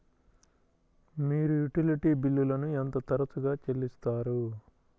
మీరు యుటిలిటీ బిల్లులను ఎంత తరచుగా చెల్లిస్తారు?